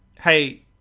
Hey